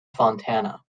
fontana